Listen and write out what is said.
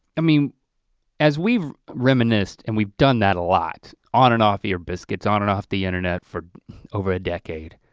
i mean as we reminisce, and we've done that a lot, on and off ear biscuits, on and off the internet for over a decade.